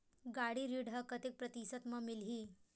गाड़ी ऋण ह कतेक प्रतिशत म मिलही?